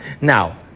Now